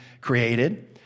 created